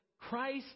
Christ